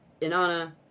Inanna